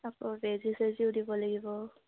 আকৌ বেজী চেজিও দিব লাগিব